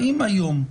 האם היום,